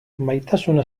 maitasuna